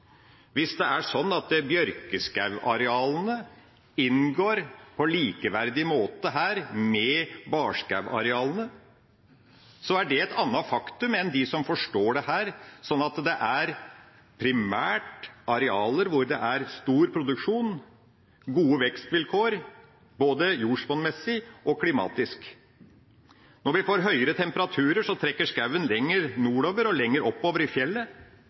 Hvis det er slik at bjørkeskogarealene inngår på en likeverdig måte med barskogarealene, så er det et annet faktum enn for dem som forstår dette som at det er primært arealer hvor det er stor produksjon og gode vekstvilkår, både jordsmonnsmessig og klimatisk. Når vi får høyere temperaturer, trekker skogen seg lenger nordover og lenger opp i fjellet.